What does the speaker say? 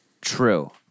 True